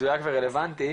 מדויק ורלבנטי,